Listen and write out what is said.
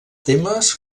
temes